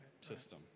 system